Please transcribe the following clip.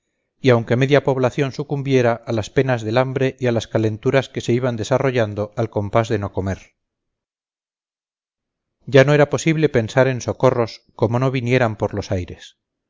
y aunque media población sucumbiera a las penas del hambre y a las calenturas que se iban desarrollando al compás de no comer ya no era posible pensar en socorros como no vinieran por los aires